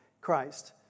Christ